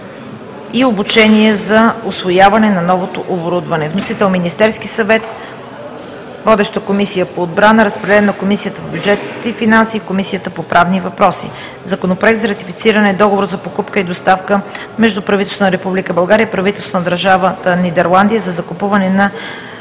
и обучение за усвояване на новото оборудване“. Вносител – Министерският съвет. Водеща е Комисията по отбрана. Разпределен е и на Комисията по бюджет и финанси и Комисията по правни въпроси. Законопроект за ратифициране на Договор за покупка и доставка между правителството на Република България и правителството на Държавата Нидерландия за закупуване на